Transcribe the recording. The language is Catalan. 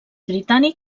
britànic